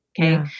Okay